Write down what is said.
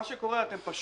מה שקורה זה שאתם פשוט